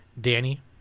Danny